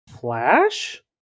Flash